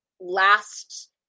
last